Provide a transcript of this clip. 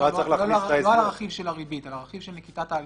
לא על הרכיב של הריבית על הרכיב של נקיטת ההליכים.